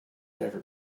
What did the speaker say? never